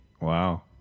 Wow